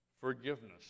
forgiveness